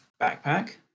backpack